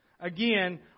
again